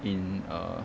in a